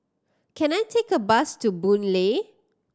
can I take a bus to Boon Lay